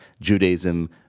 Judaism